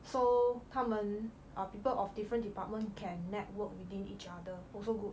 so 他们 err people of different department can network within each other also good